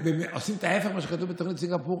ועושים את ההפך ממה שכתוב בתוכנית סינגפור?